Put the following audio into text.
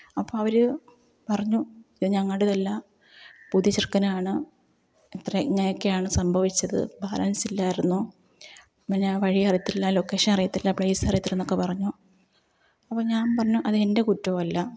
അപ്പോള് അവര് പറഞ്ഞു ഞങ്ങളുടേതെല്ലാം പുതിയ ചെറുക്കനാണ് ഇത്ര ഇങ്ങനേക്കെയാണ് സംഭവിച്ചത് ബാലൻസില്ലായിരുന്നു അപ്പോള് ഞാൻ വഴി അറിയത്തില്ല ലൊക്കേഷൻ അറിയത്തില്ല പ്ലേസറിയത്തില്ലെന്നൊക്കെ പറഞ്ഞു അപ്പോള് ഞാൻ പറഞ്ഞു അത് എൻ്റെ കുറ്റമല്ല